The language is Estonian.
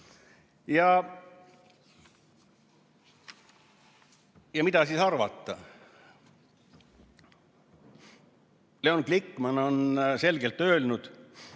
Mida arvata? Leon Glikman on selgelt öelnud,